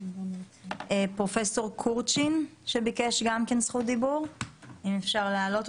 מי שבעצם עבר את כל ההליך אז גם אפשר להוסיף את זה.